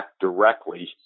directly